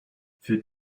für